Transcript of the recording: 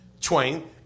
twain